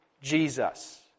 Jesus